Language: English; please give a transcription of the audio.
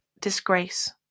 disgrace